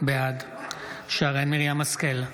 בעד שרן מרים השכל,